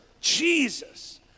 Jesus